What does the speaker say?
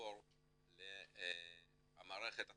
נעבור למערכת עצמה,